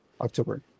October